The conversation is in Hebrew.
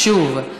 שוב,